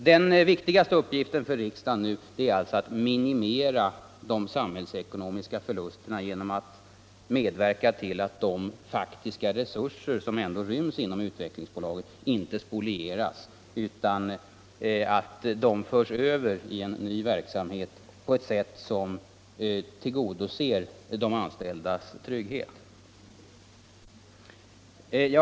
Den viktigaste uppgiften för riksdagen nu är alltså att minimera de samhällsekonomiska förlusterna genom att medverka till att de faktiska resurser som ändå ryms inom Utvecklingsbolaget inte spolieras utan förs över i en ny verksamhet på ett sätt som tillgodoser de anställdas trygghetskrav.